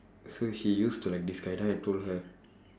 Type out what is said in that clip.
so she used to like this guy then I told her